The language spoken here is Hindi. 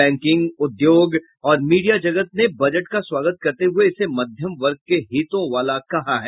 बैंकिग उद्योग और मीडिया जगत ने बजट का स्वागत करते हुए इसे मध्यम वर्ग के हितों वाला कहा है